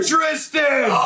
Tristan